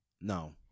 no